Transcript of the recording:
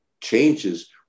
changes